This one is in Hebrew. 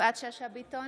יפעת שאשא ביטון,